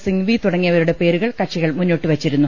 സിങ്വി തുടങ്ങിയവരുടെ പേരുകൾ കക്ഷികൾ മുന്നോട്ട് വെച്ചിരുന്നു